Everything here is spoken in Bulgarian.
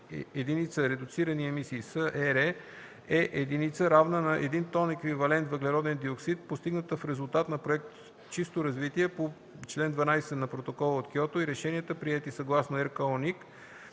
единица редуцирани емисии (СЕРЕ)” е единица, равна на един тон еквивалент въглероден диоксид, постигната в резултат на проект „чисто развитие” по чл. 12 на Протокола от Киото, и решенията, приети съгласно РКООНИК